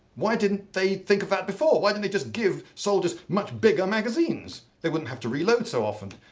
why didn't they think of that before? why didn't they just give soldiers much bigger magazines? they wouldn't have to reload so often,